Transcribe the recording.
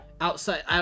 outside